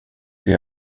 det